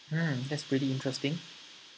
mm that's pretty interesting